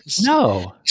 no